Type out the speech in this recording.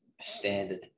standard